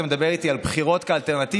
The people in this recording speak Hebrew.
ואתה מדבר איתי על בחירות כאלטרנטיבה?